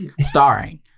Starring